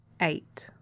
Eight